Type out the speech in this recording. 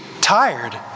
tired